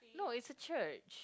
no it's a church